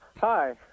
Hi